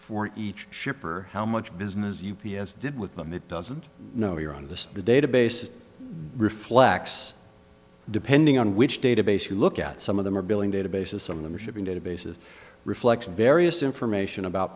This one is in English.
for each shipper how much business u p s did with them it doesn't know you're on the databases reflects depending on which database you look at some of them are billing databases some of them are shipping databases reflects various information about